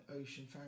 ocean